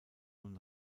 nun